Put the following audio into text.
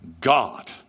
God